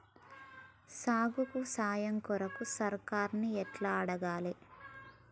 సాగుకు సాయం కొరకు సర్కారుని ఎట్ల అడగాలే?